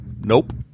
nope